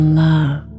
love